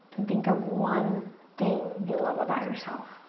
and think of one thing you love about yourself.